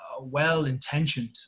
well-intentioned